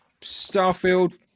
Starfield